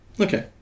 okay